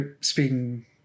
speaking